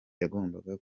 yagombaga